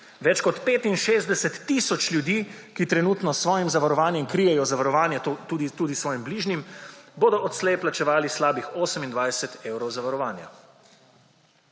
Več kot 65 tisoč ljudi, ki trenutno s svojim zavarovanjem krijejo zavarovanje tudi svojim bližnjim, bodo odslej plačevali slabih 28 evrov zavarovanja.